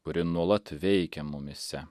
kuri nuolat veikia mumyse